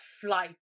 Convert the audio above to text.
flight